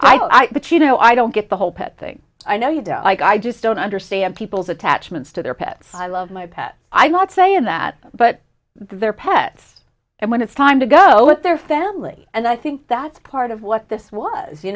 just i but you know i don't get the whole pet thing i know you don't like i just don't understand people's attachments to their pets i love my pets i'm not saying that but their pets and when it's time to go with their family and i think that's part of what this was you